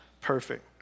perfect